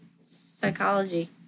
psychology